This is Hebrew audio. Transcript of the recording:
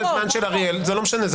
זה לא משנה.